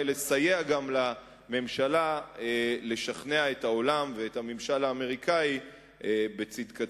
לסייע גם לממשלה לשכנע את העולם ואת הממשל האמריקני בצדקתנו.